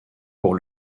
pour